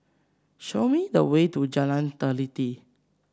show me the way to Jalan Teliti